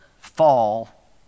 fall